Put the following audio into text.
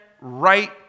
right